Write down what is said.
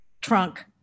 trunk